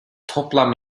toplam